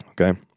Okay